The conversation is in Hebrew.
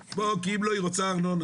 בוא, כי אם לא, היא רוצה ארנונה.